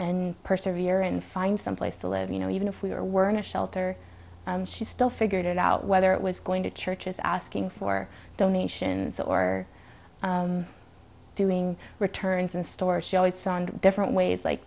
and perseverant find some place to live you know even if we were in a shelter she still figured it out whether it was going to churches asking for donations or doing returns in stores she always found different ways like